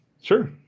Sure